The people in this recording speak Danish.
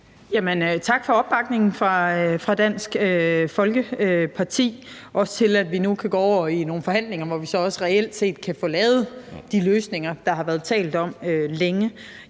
Tak for opbakningen fra Dansk Folkeparti, også til, at vi nu kan gå ind i nogle forhandlinger, hvor vi så også reelt set kan få lavet de løsninger, der har været talt om længe.